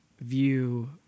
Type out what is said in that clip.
view